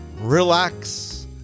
relax